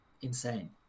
insane